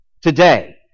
today